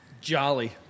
Jolly